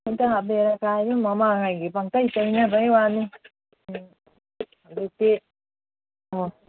ꯍꯟꯗꯛ ꯑꯕꯦꯔꯒꯥꯏꯅ ꯃꯃꯥꯡꯉꯩꯒꯤ ꯄꯪꯇꯩ ꯇꯩꯅꯕꯩ ꯋꯥꯅꯤ ꯎꯝ ꯍꯧꯖꯤꯛꯇꯤ ꯑꯥ